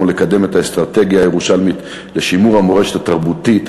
כמו לקדם את האסטרטגיה הירושלמית לשימור המורשת התרבותית,